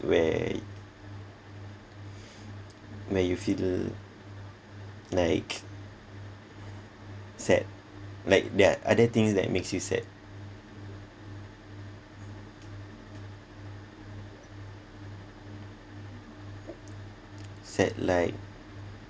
where where you feel the like sad like the other things that makes you sad sad like